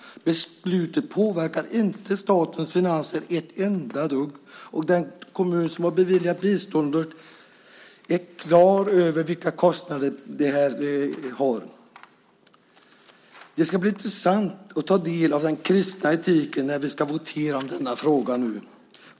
Beslutet påverkar inte statens finanser ett enda dugg, och den kommun som har beviljat biståndet är på det klara med vilka kostnader det innebär. Det ska bli intressant att ta del av den kristna etiken när vi ska votera om denna fråga.